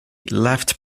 left